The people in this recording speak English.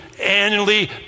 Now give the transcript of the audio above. annually